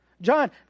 John